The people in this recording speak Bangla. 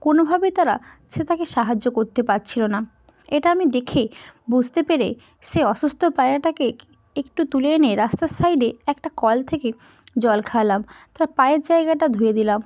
কোনোভাবেই তারা সে তাকে সাহায্য করতে পারছিল না এটা আমি দেখে বুঝতে পেরে সে অসুস্থ পায়রাটাকে একটু তুলে এনে রাস্তার সাইডে একটা কল থেকে জল খাওয়ালাম তার পায়ের জায়গাটা ধুয়ে দিলাম